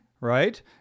right